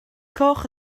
coch